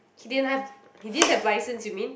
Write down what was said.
he didn't have he didn't have license you mean